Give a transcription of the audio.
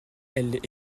elle